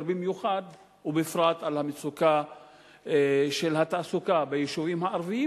במיוחד ובפרט על מצוקת התעסוקה ביישובים הערביים,